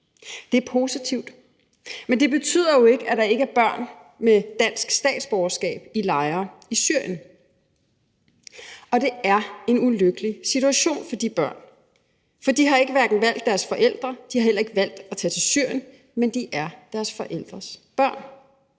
Det er positivt, men det betyder jo ikke, at der ikke er børn med dansk statsborgerskab i lejre i Syrien – og det er en ulykkelig situation for de børn. For de har ikke valgt deres forældre, de har heller ikke valgt at tage til Syrien, men de er deres forældres børn.